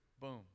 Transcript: boom